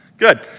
Good